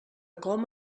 com